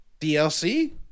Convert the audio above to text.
DLC